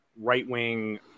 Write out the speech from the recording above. right-wing